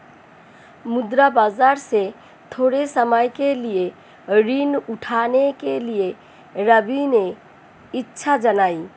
मुद्रा बाजार से थोड़े समय के लिए ऋण उठाने के लिए रवि ने इच्छा जताई